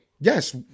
Yes